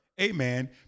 amen